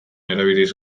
erabiliz